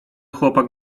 chłopak